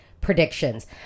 predictions